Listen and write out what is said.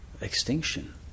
extinction